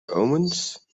omens